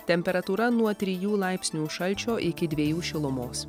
temperatūra nuo trijų laipsnių šalčio iki dviejų šilumos